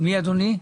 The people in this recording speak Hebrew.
מי אדוני?